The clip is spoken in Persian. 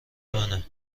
منه